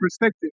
perspective